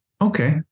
Okay